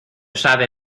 sabe